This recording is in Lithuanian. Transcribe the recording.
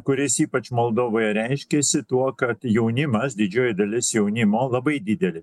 kuris ypač moldovoje reiškėsi tuo kad jaunimas didžioji dalis jaunimo labai didelė